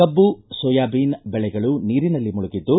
ಕಬ್ಬು ಸೋಯಾಬಿನ್ ಬೆಳೆಗಳು ನೀರಿನಲ್ಲಿ ಮುಳುಗಿದ್ದು